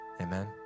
amen